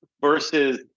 versus